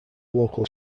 local